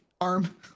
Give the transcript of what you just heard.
arm